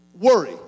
Worry